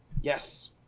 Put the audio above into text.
Yes